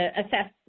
assess